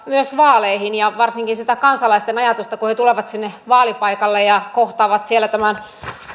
myös vaalien uskottavuutta varsinkin niissä kansalaisten ajatuksissa kun he tulevat sinne vaalipaikalle ja kohtaavat siellä tämän